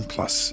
Plus